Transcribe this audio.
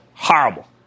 Horrible